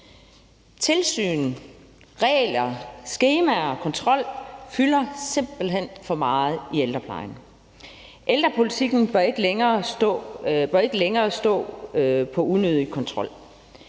Tilsyn, regler, skemaer og kontrol fylder simpelt hen for meget i ældreplejen. Ældrepolitikken bør ikke længere stå på unødig kontrol.